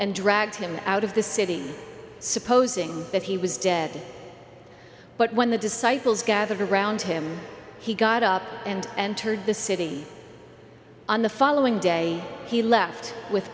and dragged him out of the city supposing that he was dead but when the disciples gathered around him he got up and and turned the city on the following day he left with